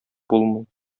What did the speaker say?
булмый